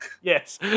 Yes